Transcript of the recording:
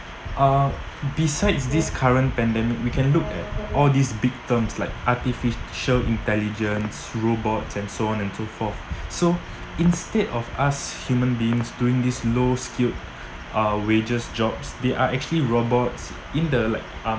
uh besides this current pandemic we can look at all these big terms like artificial intelligence robots and so on and so forth so instead of us human beings doing this low-skilled uh wages jobs they are actually robots in the like uh